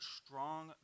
strong